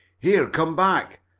here! come back!